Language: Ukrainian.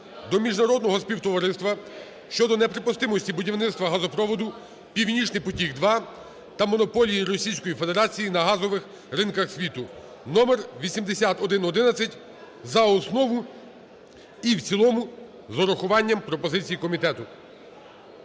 до міжнародного співтовариства щодо неприпустимості будівництва газопроводу "Північний потік 2" та монополії Російської Федерації на газових ринках світу (№8111) за основу і в цілому з врахуванням пропозицій комітету.